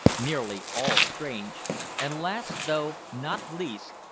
nearly all strange and last, though not least,